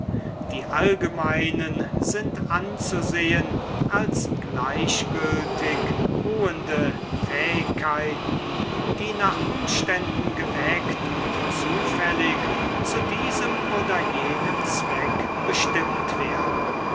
die allgemeinen sind anzusehen als gleichgültig ruhende fähigkeiten die nach umständen geweckt und zufällig zu diesem oder jenem zweck bestimmt werden